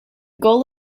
goal